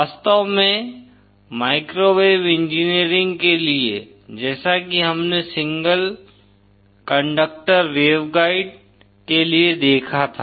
वास्तव में microwave engineering के लिए जैसा कि हमने सिंगल कंडक्टर वेवगाइड के लिए देखा था